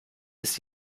ist